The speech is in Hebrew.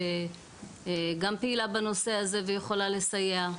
שגם פעילה בנושא הזה ויכולה לסייע.